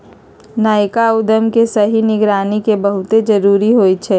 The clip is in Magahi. नयका उद्यम के सही निगरानी के बहुते जरूरी होइ छइ